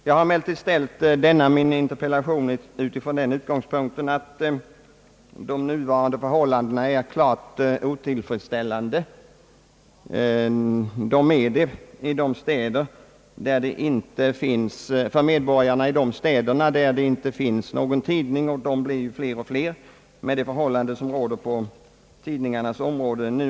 Jag har framställt min interpellation ifrån den utgångspunkten att de nuvarande förhållandena är klart otillfredsställande för medborgarna i de städer där det inte finns någon ortstidning — dessa städer blir allt fler med de förhållanden som numera råder på tidningarnas område.